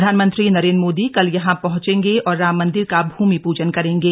प्रधानमंत्री नरेंद्र मोदी कल यहां पहंचेंगे और राम मंदिर का भूमि पूजन करेंगे